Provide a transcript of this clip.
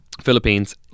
Philippines